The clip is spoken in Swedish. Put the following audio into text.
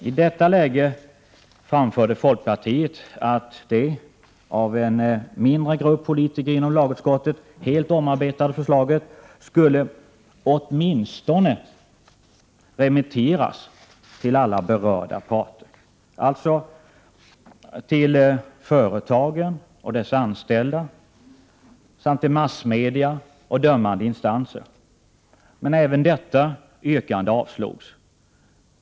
I detta läge framförde folkpartiet att det av en mindre grupp politiker inom lagutskottet helt omarbetade förslaget skulle åtminstone remitteras till alla berörda parter, alltså till företagen och deras anställda samt massmedia och dömande instanser. Men även detta yrkande avstyrktes.